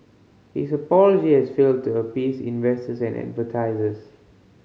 his apology has failed to appease investors and advertisers